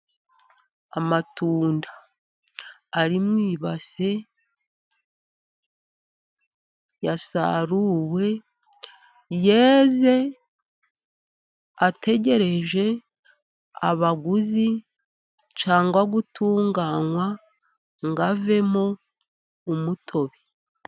Amatunda ari mu ibase, yasaruwe yeze. Ategereje abaguzi cyangwa gutunganywa ngo avemo umutobe.